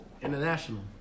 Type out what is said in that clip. international